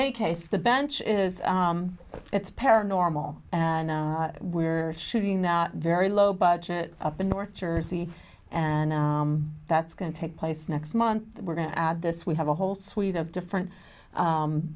any case the bench is it's paranormal and we're shooting that very low budget up in north jersey and that's going to take place next month we're going to add this we have a whole suite of different